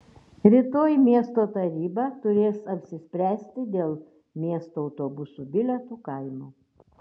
rytoj miesto taryba turės apsispręsti dėl miesto autobusų bilietų kainų